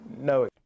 No